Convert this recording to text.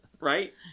Right